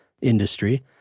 industry